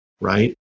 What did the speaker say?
right